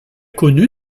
connu